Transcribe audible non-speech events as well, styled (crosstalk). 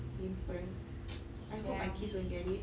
pimple (noise) I hope my kids don't get it